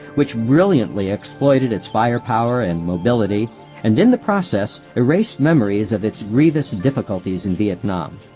which brilliantly exploited its firepower and mobility and in the process erased memories of its grievous difficulties in vietnam.